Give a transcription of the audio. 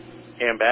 Ambassador